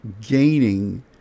gaining